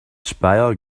speyer